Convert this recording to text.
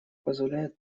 позволяет